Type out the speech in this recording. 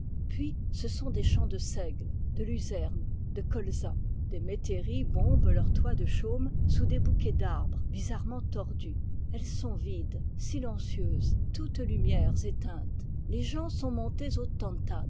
puis ce sont des champs de seigle de luzerne de colza des métairies bombent leurs toits de chaume sous des bouquets d'arbres bizarrement tordus elles sont vides silencieuses toutes lumières éteintes les gens sont montés au